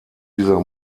dieser